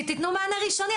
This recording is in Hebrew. שתתנו מענה ראשוני,